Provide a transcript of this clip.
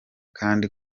kandi